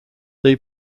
they